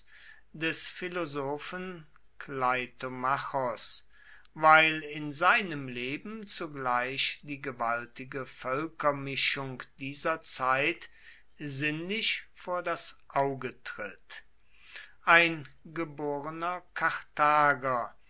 des philosophen kleitomachos weil in seinem leben zugleich die gewaltige völkermischung dieser zeit sinnlich vor das auge tritt ein geborener karthager